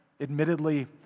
admittedly